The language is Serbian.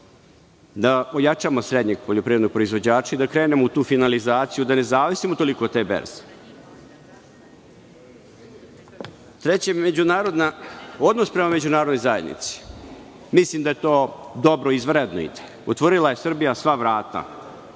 da ojačamo srednjeg poljoprivrednog proizvođača i da krenemo u tu finalizaciju, da ne zavisimo toliko od te berze. Treće, odnos prema međunarodnoj zajednici. Mislim da to dobro i izvanredno ide. Otvorila je Srbija sva vrata.